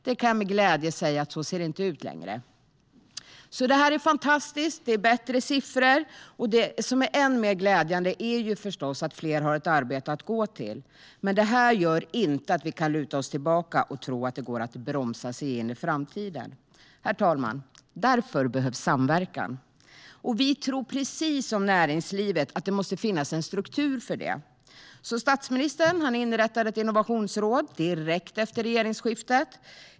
Jag kan med glädje säga att det inte ser ut så längre. Det är fantastiskt att vi har bättre siffror, och än mer glädjande är förstås att fler har ett arbete att gå till. Det gör dock inte att vi kan luta oss tillbaka och tro att det går att bromsa sig in i framtiden. Herr talman! Därför behövs samverkan. Precis som näringslivet tror vi att det måste finnas en struktur för det. Statsministern inrättade därför ett innovationsråd direkt efter regeringsskiftet.